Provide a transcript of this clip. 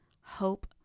hope